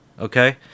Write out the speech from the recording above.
okay